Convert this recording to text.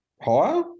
Higher